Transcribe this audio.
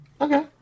Okay